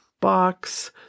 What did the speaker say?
box